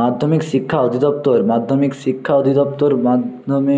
মাধ্যমিক শিক্ষা অধিদপ্তর মাধ্যমিক শিক্ষা অধিদপ্তর মাধ্যমিক